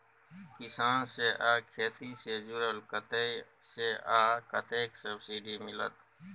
किसान से आ खेती से जुरल कतय से आ कतेक सबसिडी मिलत?